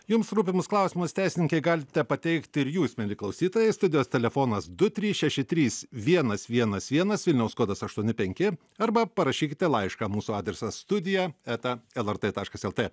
jums rūpimus klausimus teisininkai galite pateikti ir jūs mieli klausytojai studijos telefonas du trys šeši trys vienas vienas vienas vilniaus kodas aštuoni penki arba parašykite laišką mūsų adresas studija eta lrt taškas lt